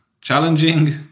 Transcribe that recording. challenging